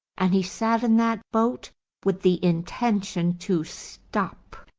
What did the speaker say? and he sat in that boat with the intention to stop.